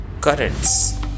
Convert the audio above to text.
currents